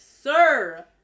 sir